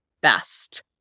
best